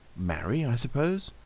marry, i suppose?